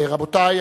רבותי,